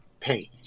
paint